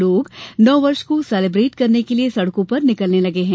लोग नववर्ष को सेलीब्रेट करने के लिए सड़कों पर निकलने लगे हैं